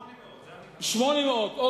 800. אוקיי.